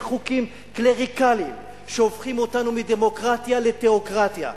חוקים קלריקליים שהופכים אותנו מדמוקרטיה לתיאוקרטיה.